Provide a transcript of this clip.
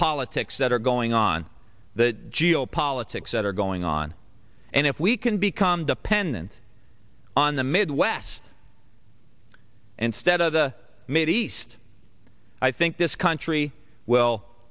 politics that are going on the geopolitics that are going on and if we can become dependent on the midwest and stead of the mid east i think this country will